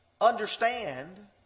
understand